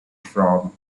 from